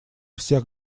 всех